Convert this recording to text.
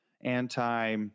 anti